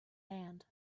hand